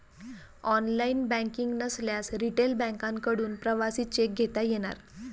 online banking नसल्यास retail बँकांकडून प्रवासी चेक घेता येणार